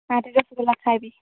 ତାପରେ ରସଗୋଲା ଖାଇବି